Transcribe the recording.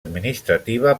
administrativa